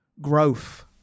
growth